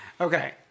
Okay